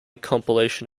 compilation